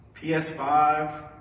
PS5